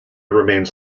remains